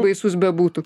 baisus bebūtų